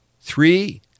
Three